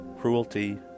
cruelty